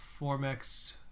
Formex